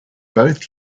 both